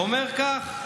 אומר כך: